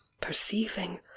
perceiving